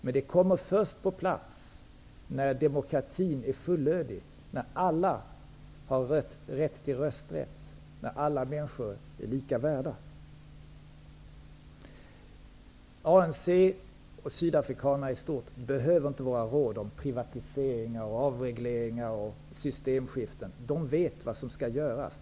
Det kommer på plats först när demokratin är fullödig, när alla har rösträtt och alla människor är lika värda. ANC och sydafrikanerna i stort behöver inte våra råd om privatisering, avreglering och systemskiften. De vet vad som skall göras.